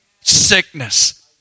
sickness